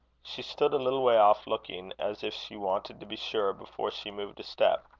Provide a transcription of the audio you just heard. she stood a little way off, looking as if she wanted to be sure before she moved a step.